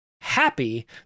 happy